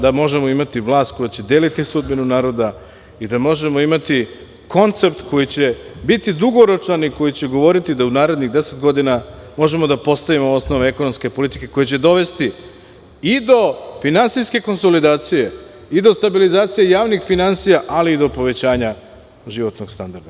Da možemo imati vlast koja će deliti sudbinu naroda i da možemo imati koncept koji će biti dugoročan i koji će govoriti da u narednih 10 godina možemo da postavimo osnove ekonomske politike koji će dovesti i do finansijske konsolidacije i do stabilizacije javih finansija, ali i do povećanja životnog standarda.